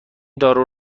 دارو